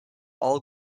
all